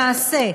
למעשה,